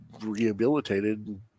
rehabilitated